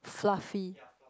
fluffy